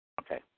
Okay